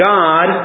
God